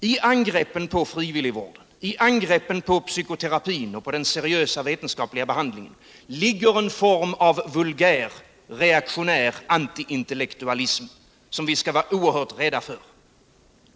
I angreppen på frivilligvården, på psykoterapin och på den seriösa vetenskapliga behandlingen ligger en form av vulgär reaktionär antiintellektualism, som vi skall vara oerhört rädda för.